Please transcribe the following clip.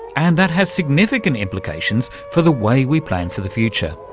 and that has significant implications for the way we plan for the future.